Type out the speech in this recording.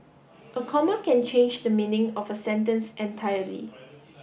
a comma can change the meaning of a sentence entirely